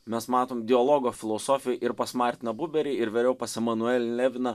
mes matom dialogo filosofijoj ir pas martiną buberį ir vėliau pas emanuelį leviną